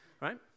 Right